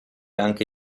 anche